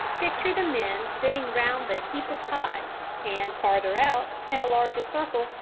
picture the men sitting round the heap of pods and, farther out, in a larger circle,